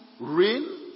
rain